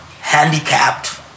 handicapped